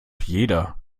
jeder